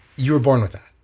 you were born with that?